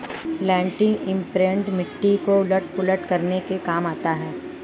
land imprinter मिट्टी को उलट पुलट करने के काम आता है